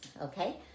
okay